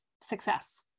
success